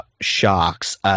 Sharks